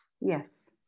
yes